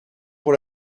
pour